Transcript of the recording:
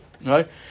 right